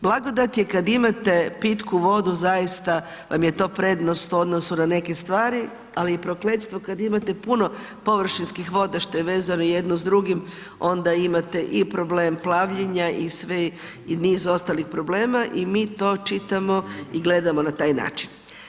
Blagodat je kada imate pitku vodu zaista vam je to prednost u odnosu na neke stvari ali i prokletstvo kada imate puno površinskih voda što je vezano jedno s drugim onda imate i problem plavljenja i niz ostalih problema i mi ti čitamo i gledamo na taj način.